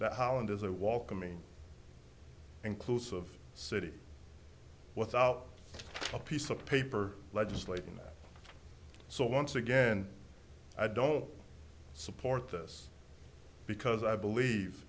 that holland is a walk a mean inclusive of city without a piece of paper legislating that so once again i don't support this because i believe